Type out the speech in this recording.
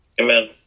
Amen